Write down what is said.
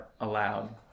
allowed